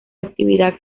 actividad